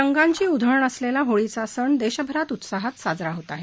रंगांची उधळण असलेला होळीचा सण देशभरात उत्साहात साजरा होत आहे